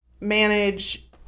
manage